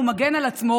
אפשר להגיד עליו,